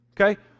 Okay